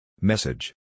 Message